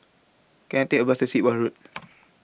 Can I Take A Bus to Sit Wah Road